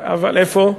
איפה?